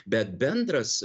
bet bendras